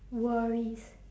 worries